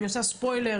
אני עושה לכם ספוילר,